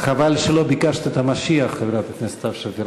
חבל שלא ביקשת את המשיח, חברת הכנסת סתיו שפיר.